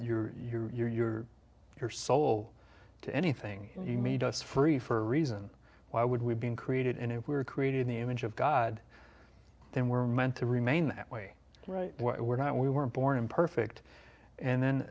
your your your your your soul to anything he made us free for a reason why would we have been created and if we were created in the image of god then we're meant to remain that way we're not we weren't born imperfect and then